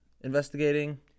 investigating